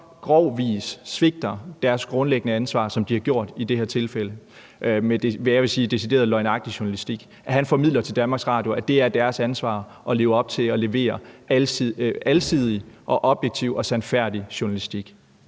grov vis svigter deres grundlæggende ansvar, som de har gjort i det her tilfælde med, hvad jeg vil sige er decideret løgnagtig journalistik – at det er deres ansvar at leve op til og levere alsidig, objektiv og sandfærdig journalistik.